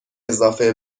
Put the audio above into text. اضافه